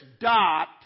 dot